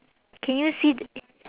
can you see